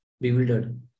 bewildered